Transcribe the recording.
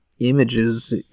images